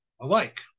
alike